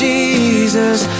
Jesus